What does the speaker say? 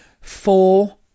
Four